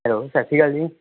hello ਸਤਿ ਸ਼੍ਰੀ ਅਕਾਲ